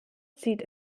zieht